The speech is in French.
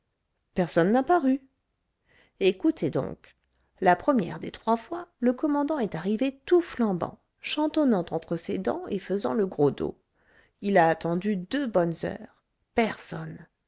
personne n'a paru écoutez donc la première des trois fois le commandant est arrivé tout flambant chantonnant entre ses dents et faisant le gros dos il a attendu deux bonnes heures personne